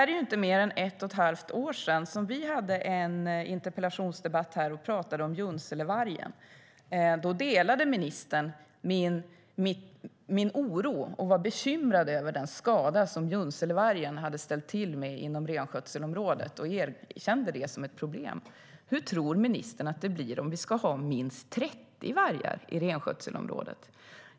Det är inte mer än ett och ett halvt år sedan som vi hade en interpellationsdebatt och pratade om Junselevargen. Då delade ministern min oro. Hon var bekymrad över den skada som Junselevargen hade ställt till med inom renskötselområdet och erkände det som ett problem. Hur tror ministern att det blir om vi ska ha minst 30 vargar i renskötselområdet?